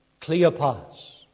Cleopas